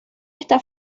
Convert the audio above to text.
está